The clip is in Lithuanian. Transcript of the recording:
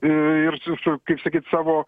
ir su su kaip sakyt savo